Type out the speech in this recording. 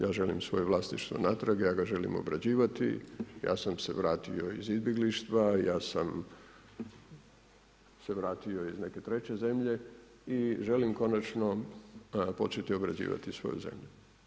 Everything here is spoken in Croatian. Ja želim svoje vlasništvo natrag, ja ga želim obrađivati, ja sam se vratio iz izbjeglištva, ja sam se vrati iz neke treće zemlje i želim konačno početi obrađivati svoju zemlju.